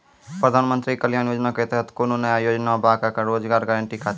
प्रधानमंत्री कल्याण योजना के तहत कोनो नया योजना बा का रोजगार गारंटी खातिर?